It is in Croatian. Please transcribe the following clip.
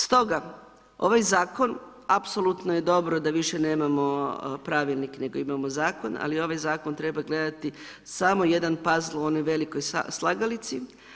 Stoga ovaj zakon apsolutno je dobro da više nemamo pravilnik nego imamo zakon ali ovaj zakon treba gledati samo jednu puzzle u onoj velikoj slagalici.